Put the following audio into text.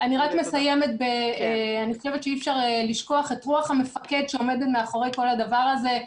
אני חושבת שאי אפשר לשכוח את רוח המפקד שעומדת מאחורי כל הדבר הזה.